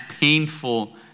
painful